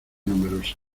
numerosa